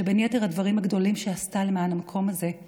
שבין יתר הדברים הגדולים שעשתה למען המקום הזה היא